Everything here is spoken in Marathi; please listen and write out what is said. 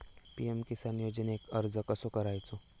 पी.एम किसान योजनेक अर्ज कसो करायचो?